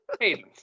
Hey